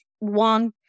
one